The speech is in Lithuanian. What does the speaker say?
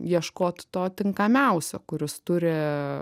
ieškot to tinkamiausio kuris turi